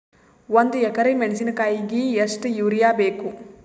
ಒಂದ್ ಎಕರಿ ಮೆಣಸಿಕಾಯಿಗಿ ಎಷ್ಟ ಯೂರಿಯಬೇಕು?